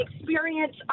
experience